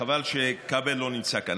חבל שכבל לא נמצא כאן.